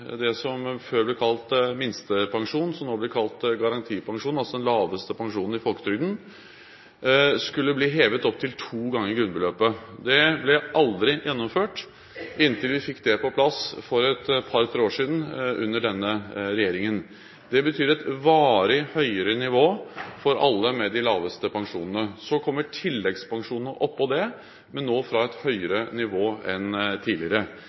det som før ble kalt minstepensjon, som nå blir kalt garantipensjon, altså den laveste pensjonen i folketrygden, skulle bli hevet til to ganger grunnbeløpet. Det ble aldri gjennomført før vi fikk det på plass for to–tre år siden, under denne regjeringen. Dette betyr et varig høyere nivå for alle som har de laveste pensjonene. Oppå dette kommer tilleggspensjonene, men nå fra et høyere nivå enn tidligere.